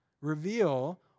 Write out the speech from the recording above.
reveal